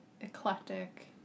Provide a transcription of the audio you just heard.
eclectic